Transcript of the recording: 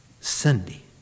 Sunday